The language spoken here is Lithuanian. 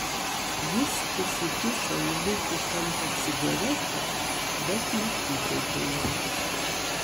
jis įsikišo į lūpų kampą cigaretę bet neprisidegė jos